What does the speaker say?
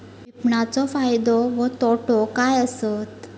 विपणाचो फायदो व तोटो काय आसत?